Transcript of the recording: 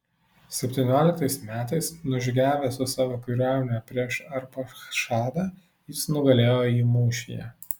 septynioliktais metais nužygiavęs su savo kariuomene prieš arpachšadą jis nugalėjo jį mūšyje